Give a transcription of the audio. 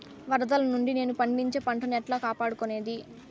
వరదలు నుండి నేను పండించే పంట ను ఎట్లా కాపాడుకునేది?